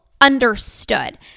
understood